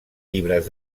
llibres